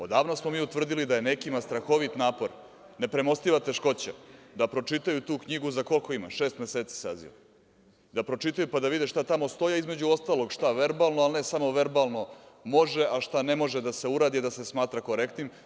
Odavno smo mi utvrdili da je nekima strahovit napor, nepremostiva teškoća da pročitaju tu knjigu za šest meseci, da pročitaju, pa da vide šta tamo stoji, a između ostalog, šta, verbalno, a ne samo verbalno može, a šta ne može da se uradi i da se smatra korektnim.